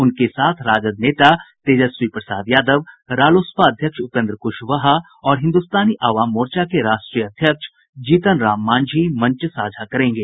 उनके साथ राजद नेता तेजस्वी प्रसाद यादव रालोसपा अध्यक्ष उपेंद्र कुशवाहा और हिन्दुस्तानी अवाम मोर्चा के राष्ट्रीय अध्यक्ष जीतन राम मांझी मंच साझा करेंगे